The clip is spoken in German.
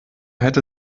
hätte